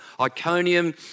Iconium